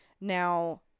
Now